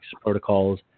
protocols